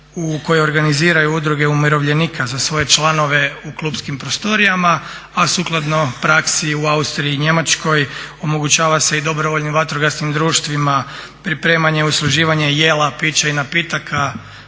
u kojoj organiziraju udruge umirovljenika za svoje članove u klupskim prostorijama, a sukladno praksi u Austriji i Njemačkoj omogućava se i dobrovoljnim vatrogasnim društvima pripremanje i usluživanje jela, pića i napitaka